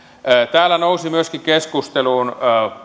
täällä nousivat myöskin keskusteluun